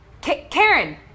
Karen